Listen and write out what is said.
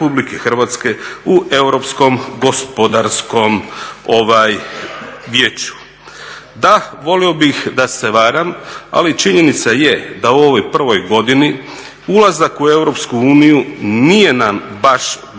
o sudjelovanju RH u europskom gospodarskom vijeću." Da, volio bih da se varam, ali činjenica je da u ovoj prvoj godini ulazak u EU nije nam baš bog